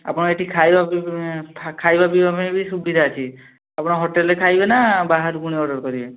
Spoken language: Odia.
ଆପଣ ଏଇଠି ଖାଇବା ପିଇବା ଖାଇବା ପିଇବା ମିଳେବି ସୁବିଧା ଅଛି ଆପଣ ହୋଟେଲ୍ରେ ଖାଇବେନା ବାହାରୁ ପୁଣି ଅର୍ଡ଼ର୍ କରିବେ